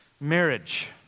Marriage